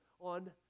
on